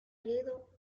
herido